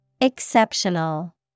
Exceptional